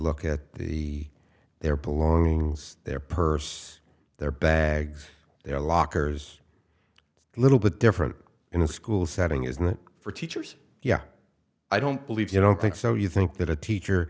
look at the their belongings their purse their bags their lockers a little bit different in a school setting isn't it for teachers yeah i don't believe you don't think so you think that a teacher